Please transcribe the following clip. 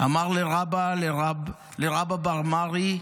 "אמר ליה רבא לרבה בר מרי: